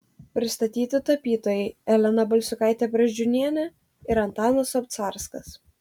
pristatyti tapytojai elena balsiukaitė brazdžiūnienė ir antanas obcarskas